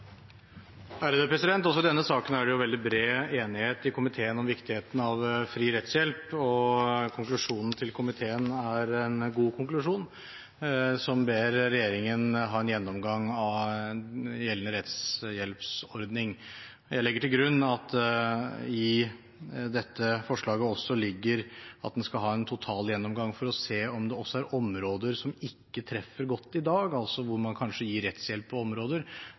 veldig bred enighet i komiteen om viktigheten av fri rettshjelp, og konklusjonen til komiteen er en god konklusjon, der en ber regjeringen ha en gjennomgang av gjeldende rettshjelpsordning. Jeg legger til grunn at det i dette forslaget også ligger at en skal ha en totalgjennomgang for å se om det er områder som ikke treffer godt i dag, altså at man kanskje gir rettshjelp på områder